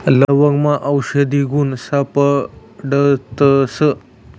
लवंगमा आवषधी गुण सापडतस